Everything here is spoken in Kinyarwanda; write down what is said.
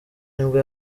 nibwo